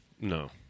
No